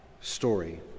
story